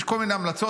יש כל מיני המלצות.